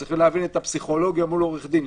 צריך להבין את הפסיכולוגיה מול עורך דין,